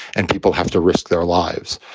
and people have to risk their lives.